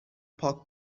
پاک